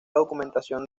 documentación